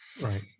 Right